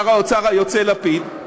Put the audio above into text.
שר האוצר היוצא לפיד,